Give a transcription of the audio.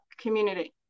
community